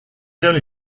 only